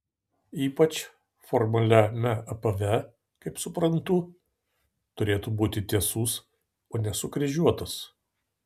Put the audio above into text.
ypač formaliame apave kaip suprantu turėtų būti tiesus o ne sukryžiuotas